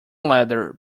leather